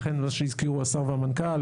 לכן כמו שהזכירו השר והמנכ"ל,